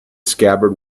scabbard